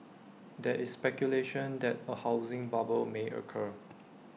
there is speculation that A housing bubble may occur